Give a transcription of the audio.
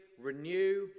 renew